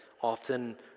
often